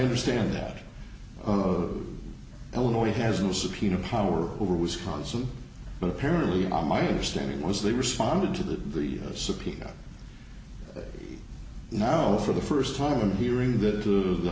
understand that illinois has no subpoena power over wisconsin but apparently on my understanding was they responded to the subpoena now for the first time i'm hearing that to the